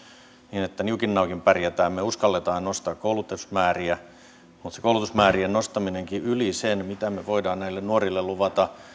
niin että niukin naukin pärjätään me uskallamme nostaa koulutusmääriä mutta se koulutusmäärien nostaminenkin yli sen mitä me voimme näille nuorille luvata